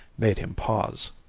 made him pause.